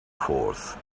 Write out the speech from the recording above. forth